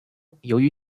由于